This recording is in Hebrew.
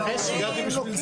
אני ראיתי אותך פה,